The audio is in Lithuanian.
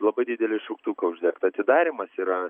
labai didelį šauktuką uždegt atidarymas yra